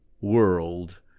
world